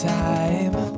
time